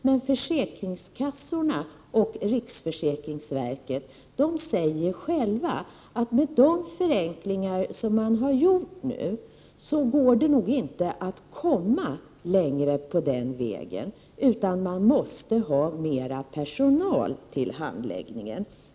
Men försäkringskassorna och riksförsäkringsverket säger själva att med de förenklingar som man har gjort nu går det nog inte att komma längre på den vägen, utan man måste ha mera personal till handläggningen.